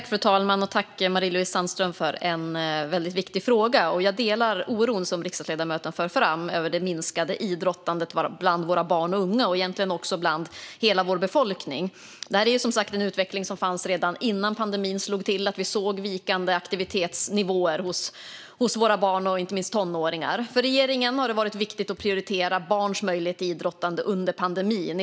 Fru talman! Jag tackar Marie-Louise Hänel Sandström för en väldigt viktig fråga. Jag delar den oro som riksdagsledamoten för fram över det minskade idrottandet bland våra barn och unga och egentligen bland hela vår befolkning. Det här är som sagt en utveckling som fanns redan innan pandemin slog till. Vi såg vikande aktivitetsnivåer hos våra barn och inte minst tonåringar. För regeringen har det varit viktigt att prioritera barns möjlighet till idrottande under pandemin.